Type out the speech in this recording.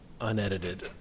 unedited